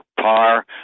par